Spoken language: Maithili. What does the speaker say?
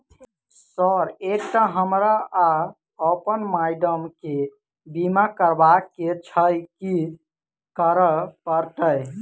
सर एकटा हमरा आ अप्पन माइडम केँ बीमा करबाक केँ छैय की करऽ परतै?